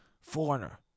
Foreigner